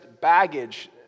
baggage